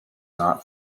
not